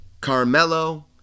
Carmelo